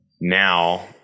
now